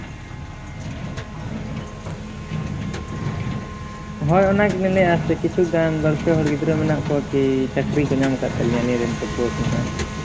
ᱦᱳᱭ ᱚᱱᱟ ᱜᱮᱞᱤᱧ ᱞᱟᱹᱭᱮᱜᱼᱟ ᱠᱤᱪᱷᱩ ᱜᱟᱱ ᱵᱟᱨ ᱯᱮ ᱦᱚᱲ ᱜᱤᱫᱽᱨᱟᱹ ᱢᱮᱱᱟᱜ ᱠᱚᱣᱟ ᱠᱤ ᱪᱟᱹᱠᱨᱤ ᱠᱚ ᱧᱟᱢ ᱠᱟᱜ ᱛᱟᱹᱞᱤᱧᱟ ᱟᱹᱞᱤᱧ ᱨᱮᱱ ᱯᱟᱹᱴᱷᱩᱣᱟᱹ ᱠᱚ ᱱᱟᱜ